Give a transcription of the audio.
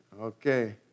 Okay